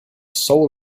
soul